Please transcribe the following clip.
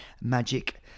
magic